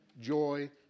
joy